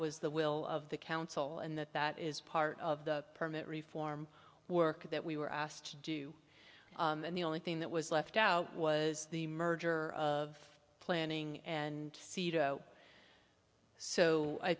was the will of the council and that that is part of the permit reform work that we were asked to do and the only thing that was left out was the merger of planning and c d o so i